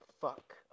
fuck